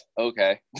Okay